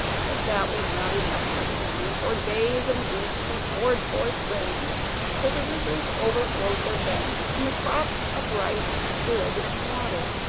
but that was not enough for him, and for days and weeks he poured forth rain till the rivers overflowed their banks, and the crops of rice stood in water.